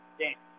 game